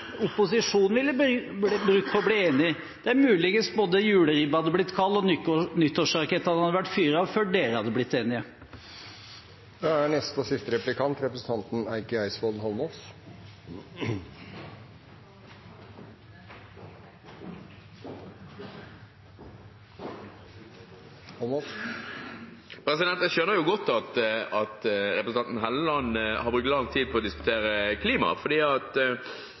opposisjonen ha brukt på å bli enig? Det er mulig juleribba hadde blitt kald og nyttårsrakettene hadde vært fyrt av før dere hadde blitt enige. Jeg skjønner godt at representanten Helleland har brukt lang tid på å diskutere klima, for han bør jo være med på å innrømme at